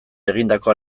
egindako